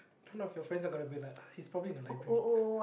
none of your friends are gonna be like he's probably in the library